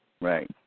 right